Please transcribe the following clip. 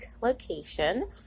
location